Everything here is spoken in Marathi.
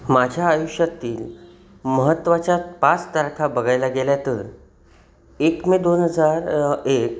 माझ्या आयुष्यातील महत्त्वाच्या पाच तारखा बघायला गेल्या तर एक मे दोन हजार एक